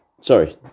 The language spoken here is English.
sorry